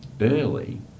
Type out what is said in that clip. early